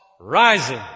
rising